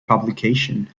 publication